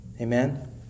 Amen